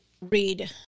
read